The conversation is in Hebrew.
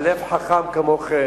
קדוש.